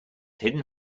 hidden